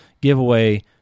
giveaway